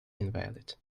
invalid